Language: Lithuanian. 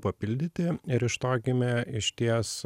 papildyti ir iš to gimė išties